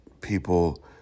People